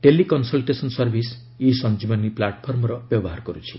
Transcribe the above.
ଟେଲି consultation service e Sanjeevani ପ୍ଲାଟଫର୍ମର ବ୍ୟବହାର କରୁଛି